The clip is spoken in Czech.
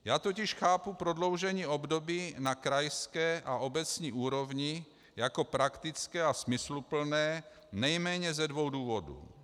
Já totiž chápu prodloužení období na krajské a obecní úrovni jako praktické a smysluplné nejméně ze dvou důvodů.